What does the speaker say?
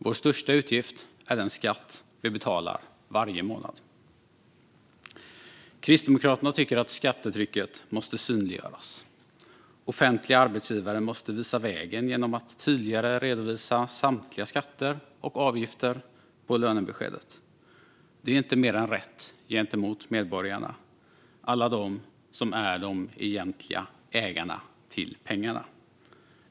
Vår största utgift är den skatt vi betalar varje månad. Kristdemokraterna tycker att skattetrycket måste synliggöras. Offentliga arbetsgivare måste visa vägen genom att tydligare redovisa samtliga skatter och avgifter på lönebeskedet. Det är inte mer än rätt gentemot medborgarna - alla de som är de egentliga ägarna till pengarna.